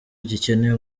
gikeneye